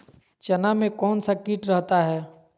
चना में कौन सा किट रहता है?